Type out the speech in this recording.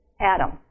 Adam